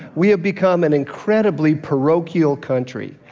we have become an incredibly parochial country,